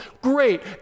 Great